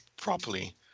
properly